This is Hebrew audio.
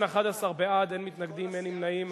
בעד, 11, אין מתנגדים, אין נמנעים.